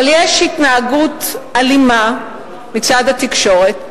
אבל יש התנהגות אלימה מצד התקשורת,